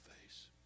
face